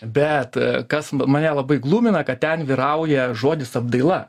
bet kas mane labai glumina kad ten vyrauja žodis apdaila